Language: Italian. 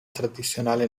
tradizionale